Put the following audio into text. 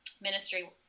ministry